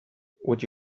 would